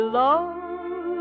love